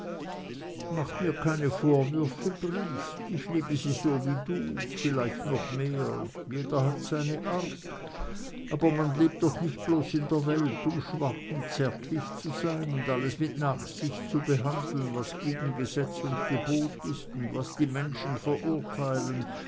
mache mir keine vorwürfe briest ich liebe sie so wie du vielleicht noch mehr jeder hat seine art aber man lebt doch nicht bloß in der welt um schwach und zärtlich zu sein und alles mit nachsicht zu behandeln was gegen gesetz und gebot ist und was die menschen verurteilen